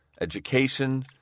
education